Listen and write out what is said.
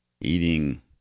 eating